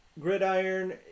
gridiron